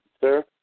sir